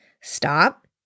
stop